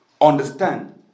understand